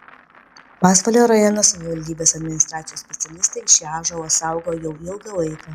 pasvalio rajono savivaldybės administracijos specialistai šį ąžuolą saugo jau ilgą laiką